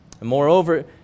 Moreover